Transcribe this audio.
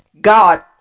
God